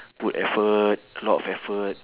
put effort a lot of effort